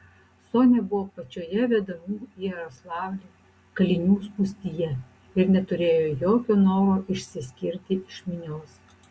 sonia buvo pačioje vedamų į jaroslavlį kalinių spūstyje ir neturėjo jokio noro išsiskirti iš minios